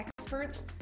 experts